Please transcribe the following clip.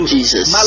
Jesus